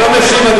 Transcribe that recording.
ולממשלה אין